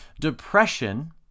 depression